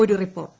ഒരു റിപ്പോർട്ട്